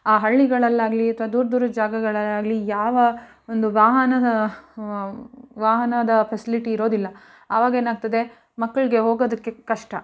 ಆ ಹಳ್ಳಿಗಳಲ್ಲಾಗಲೀ ಅಥ್ವಾ ದೂರ ದೂರದ ಜಾಗಗಳಲ್ಲಾಗಲೀ ಯಾವ ಒಂದು ವಾಹನ ವಾಹನದ ಫೆಸ್ಲಿಟಿ ಇರೋದಿಲ್ಲ ಅವಾಗೇನಾಗ್ತದೆ ಮಕ್ಕಳ್ಗೆ ಹೋಗೋದಕ್ಕೆ ಕಷ್ಟ